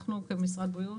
אנחנו כמשרד בריאות,